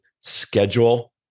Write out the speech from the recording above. schedule